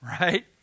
right